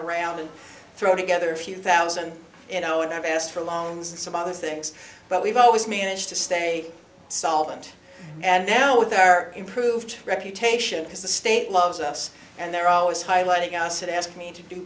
around and throw together a few thousand you know and i've asked for loans and some other things but we've always managed to stay solvent and you know with our improved reputation because the state loves us and they're always highlighting outside asked me to